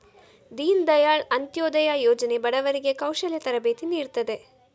ದೀನ್ ದಯಾಳ್ ಅಂತ್ಯೋದಯ ಯೋಜನೆ ಬಡವರಿಗೆ ಕೌಶಲ್ಯ ತರಬೇತಿ ನೀಡ್ತದೆ